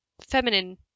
feminine